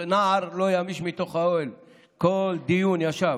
"נער לא ימיש מתוך האֹהל" ובכל דיון ישב,